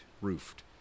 roofed